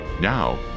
Now